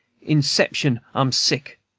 inception i'm sick.